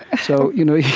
ah so, you know,